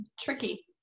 tricky